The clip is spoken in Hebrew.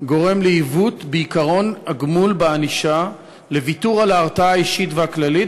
גורם לעיוות בעקרון הגמול בענישה ולוויתור על ההרתעה האישית והכללית,